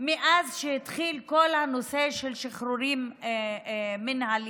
מאז שהתחיל כל הנושא של שחרורים מינהליים,